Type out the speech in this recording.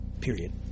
Period